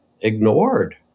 ignored